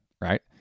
right